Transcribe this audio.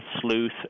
sleuth